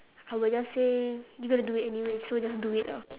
I would just say you're gonna do it anyway so just do it lah